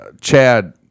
Chad